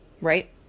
right